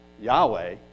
Yahweh